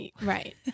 Right